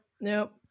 Nope